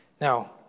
Now